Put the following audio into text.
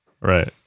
Right